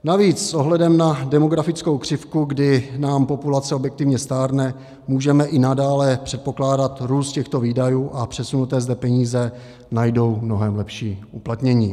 Navíc s ohledem na demografickou křivku, kdy nám populace objektivně stárne, můžeme i nadále předpokládat růst těchto výdajů a přesunuté zde peníze najdou mnohem lepší uplatnění.